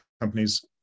companies